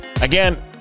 Again